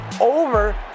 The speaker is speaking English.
over